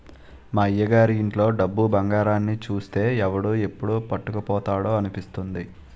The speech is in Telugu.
మా అయ్యగారి ఇంట్లో డబ్బు, బంగారాన్ని చూస్తే ఎవడు ఎప్పుడు పట్టుకుపోతాడా అనిపిస్తుంది